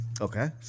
Okay